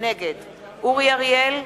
נגד אורי אריאל,